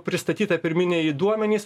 pristatyta pirminiai duomenys